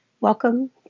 Welcome